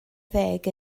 ddeg